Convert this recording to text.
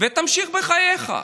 ותמשיך בחייך.